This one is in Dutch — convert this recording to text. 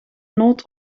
noot